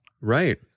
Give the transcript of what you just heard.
Right